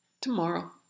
tomorrow